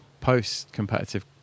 post-competitive